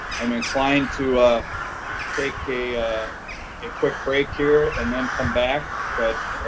i'm inclined to take a a quick break here and then come back. but